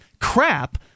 crap